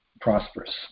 prosperous